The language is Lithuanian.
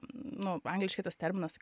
nu angliškai tas terminas